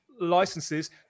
licenses